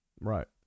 Right